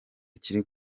kiri